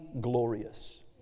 glorious